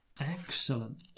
Excellent